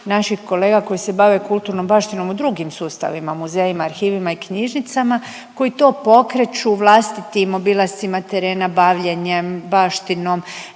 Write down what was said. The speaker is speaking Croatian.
naših kolega koji se bave kulturnom baštinom u drugim sustavima muzejima, arhivima i knjižnicama koji to pokreću vlastitim obilascima terena, bavljenjem baštinom.